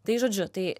tai žodžiu tai